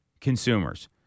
consumers